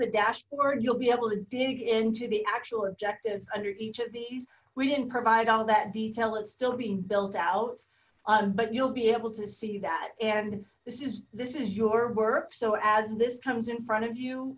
the dashboard you'll be able to dig into the actual objectives under each of these we didn't provide all that detail it's still being built out but you'll be able to see that and this is this is your work so as this comes in front of you